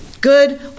good